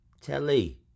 Telly